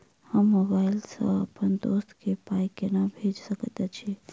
हम मोबाइल सअ अप्पन दोस्त केँ पाई केना भेजि सकैत छी?